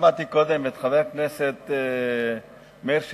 שמעתי קודם את חבר הכנסת מאיר שטרית,